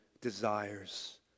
desires